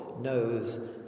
knows